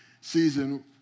season